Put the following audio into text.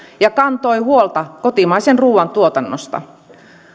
ja kantoi huolta kotimaisen ruuan tuotannosta